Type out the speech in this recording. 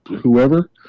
whoever